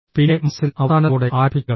പിന്നെ മനസ്സിൽ അവസാനത്തോടെ ആരംഭിക്കുക